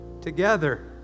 together